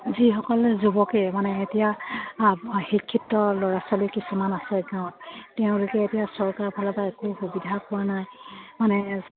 যিসকলে যুৱকে মানে এতিয়া শিক্ষিত ল'ৰা ছোৱালী কিছুমান আছে গাঁৱত তেওঁলোকে এতিয়া চৰকাৰ ফালৰ পৰা একো সুবিধা পোৱা নাই মানে